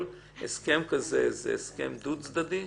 כל הסכם כזה הוא הסכם דו-צדדי?